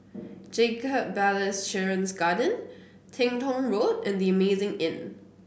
Jacob Ballas Children's Garden Teng Tong Road and The Amazing Inn